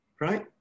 Right